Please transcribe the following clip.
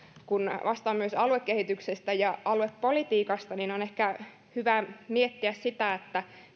kun vastaan myös aluekehityksestä ja aluepolitiikasta että on ehkä hyvä miettiä sitä